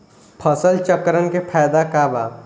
फसल चक्रण के फायदा का बा?